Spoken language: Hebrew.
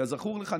כזכור לך,